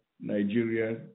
Nigeria